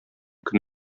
көн